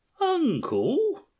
Uncle